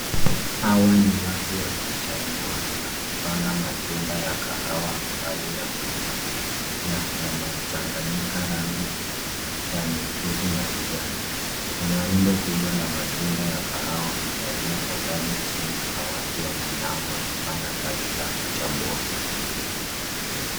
Hawa ni watu wakichambua na kupanga matunda ya kahawa ambayo yameiva na yamechanganyika rangi ya nyekundu na kijani. Kuna rundo kubwa la matunda ya kahawa yaliyotandazwa chini na watu wameinama chini wakifanya kazi za kuchambua.